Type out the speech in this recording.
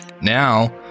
Now